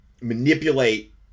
manipulate